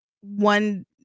one